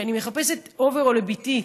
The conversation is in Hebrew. כשאני מחפשת אוברול לבתי,